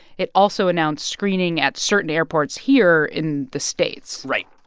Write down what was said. it also announced screening at certain airports here in the states right.